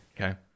Okay